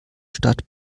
stadt